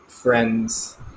friends